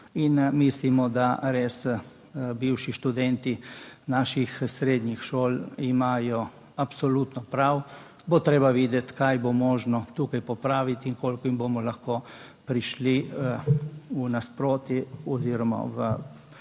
in mislimo, da res bivši študenti naših srednjih šol imajo absolutno prav, bo treba videti, kaj bo možno tukaj popraviti in koliko jim bomo lahko prišli v nasproti oziroma v